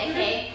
okay